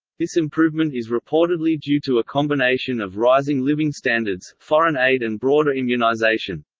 this improvement is reportedly due to a combination of rising living standards, foreign aid and broader immunisation.